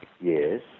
Yes